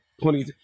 plenty